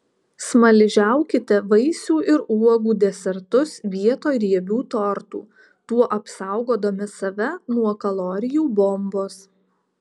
smaližiaukite vaisių ir uogų desertus vietoj riebių tortų tuo apsaugodami save nuo kalorijų bombos